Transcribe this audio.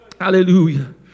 hallelujah